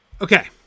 okay